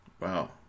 Wow